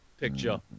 picture